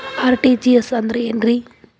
RTGS ಅಂದ್ರ ಏನ್ರಿ?